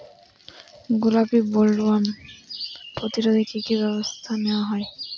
গোলাপী বোলওয়ার্ম প্রতিরোধে কী কী ব্যবস্থা নেওয়া হয়?